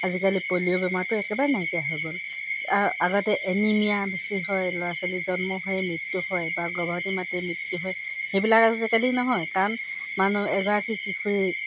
আজিকালি পলিঅ' বেমাৰটো একেবাৰে নাইকিয়া হৈ গ'ল আগতে এনিমিয়া বেছি হয় ল'ৰা ছোৱালীৰ জন্ম হৈ মৃত্যু হয় বা মাতি মৃত্যু হয় সেইবিলাক আজিকালি নহয় কাৰণ মানুহ এগৰাকী কিশোৰী